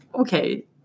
Okay